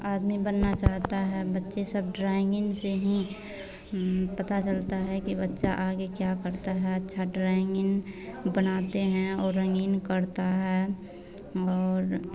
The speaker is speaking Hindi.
आदमी बनना चाहता है बच्चे सब ड्राइंगिंग से ही पता चलता है कि बच्चा आगे क्या करता है अच्छा ड्राइंगिंग बनाते हैं और रंगीन करता है और